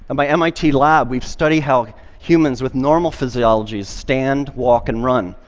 my mit lab, we study how humans with normal physiologies stand, walk and run.